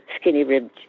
skinny-ribbed